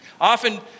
Often